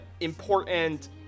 important